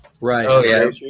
right